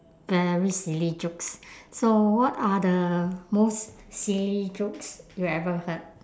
very silly jokes so what are the most silly jokes you ever heard